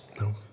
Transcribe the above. No